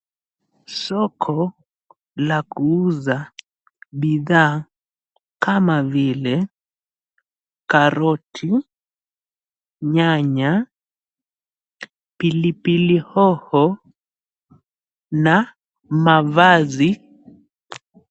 Soko la kuuza bidhaa kama vile karoti, nyanya, pilipili hoho na mavazi.